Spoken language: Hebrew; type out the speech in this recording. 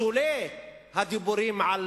בשולי הדיבורים על